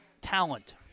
talent